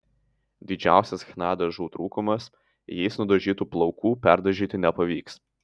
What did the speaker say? didžiausias chna dažų trūkumas jais nudažytų plaukų perdažyti nepavyks